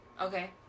Okay